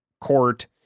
court